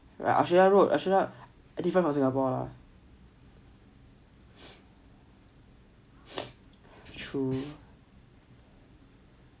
Australia road Australia road different from singapore